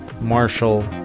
marshall